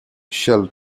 shall